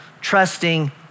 trusting